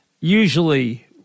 Usually